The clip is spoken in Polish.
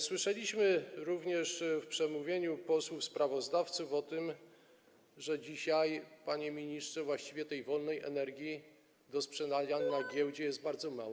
Słyszeliśmy również w przemówieniu posłów sprawozdawców o tym, że dzisiaj, panie ministrze, właściwej tej wolnej energii do sprzedania na giełdzie jest bardzo mało.